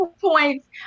points